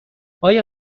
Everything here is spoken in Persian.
آیا